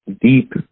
deep